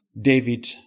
David